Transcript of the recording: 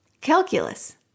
calculus